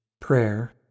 prayer